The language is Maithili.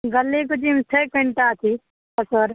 गली कुचीमे छै कनिटा अथी फचर